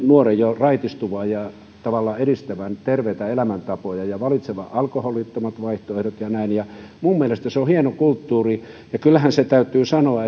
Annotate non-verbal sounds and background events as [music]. nuoren jo raitistuvan ja tavallaan edistävän terveitä elämäntapoja ja valitsevan alkoholittomat vaihtoehdot ja näin ja minun mielestäni se on hieno kulttuuri ja kyllähän se täytyy sanoa [unintelligible]